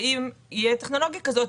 שאם תהיה טכנולוגיה כזאת,